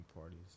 parties